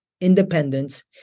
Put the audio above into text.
independence